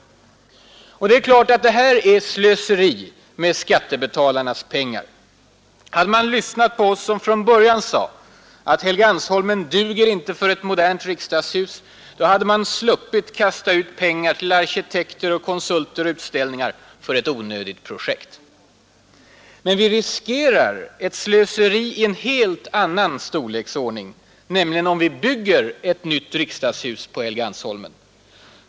Det är klart att det här är slöseri med skattebetalarnas pengar. Hade man lyssnat på oss, som från början sade att Helgeandsholmen inte duger för ett modernt riksdagshus, hade man sluppit kasta ut pengar till arkitekter, konsulter och utställningar för ett omöjligt projekt. Men vi riskerar ett slöseri i en helt annan storleksordning: nämligen Om vi bygger ett nytt riksdagshus på Helgeandsholmen.